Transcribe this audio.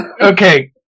Okay